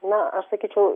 na aš sakyčiau